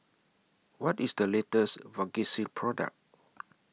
What IS The latest Vagisil Product